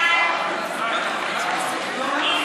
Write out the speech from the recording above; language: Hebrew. ההצעה להעביר את הצעת חוק הגנת הצרכן (תיקון,